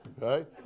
right